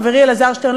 חברי אלעזר שטרן,